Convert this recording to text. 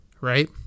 right